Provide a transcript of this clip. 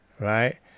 right